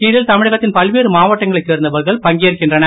இதில் தமிழகத்தின் பல்வேறு மாவட்டங்களைச் சேர்ந்தவர்கள் பங்கேற்கின்றனர்